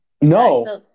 No